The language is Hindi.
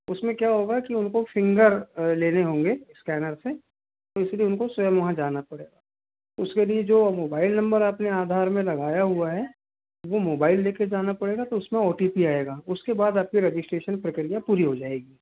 उस में क्या होगा उनको फिंगर लेने होंगे स्कैनर से तो इस लिए उनको स्वयं वहाँ जाना पड़ेगा उसके लिए जो मोबाइल नंबर आप ने आधार में लगाया हुआ है वो मोबाइल ले के जाना पडे़गा तो उस में ओ टी पी आएगा उसके बाद आप की रजिस्ट्रेशन प्रक्रिया पूरी हो जाएगी